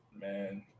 man